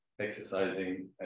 exercising